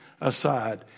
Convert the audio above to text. aside